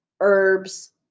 herbs